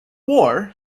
war